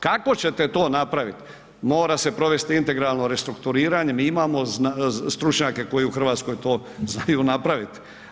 Kako ćete to napraviti, mora se provesti integralno restrukturiranje, mi imamo stručnjake koji u Hrvatskoj to znaju napraviti.